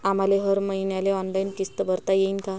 आम्हाले हर मईन्याले ऑनलाईन किस्त भरता येईन का?